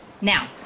Now